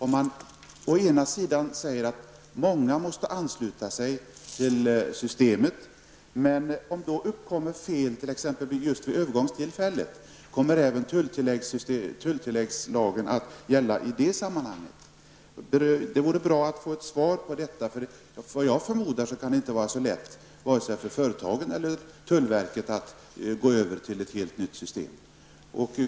Man säger att många företag måste ansluta sig till systemet. Men om det uppkommer fel vid övergångstillfället, kommer lagen om tulltillägg att gälla även i detta sammanhang? Det vore bra att få ett svar på detta. Efter vad jag förmodar kan det inte vara så lätt, vare sig för företagen eller tullverket, att gå över till ett helt nytt system.